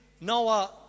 Noah